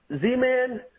Z-Man